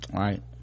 right